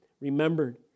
remembered